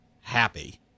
happy